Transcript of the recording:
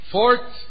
Fourth